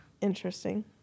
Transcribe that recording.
Interesting